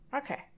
Okay